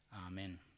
Amen